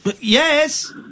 Yes